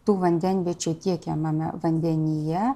tų vandenviečių tiekiamame vandenyje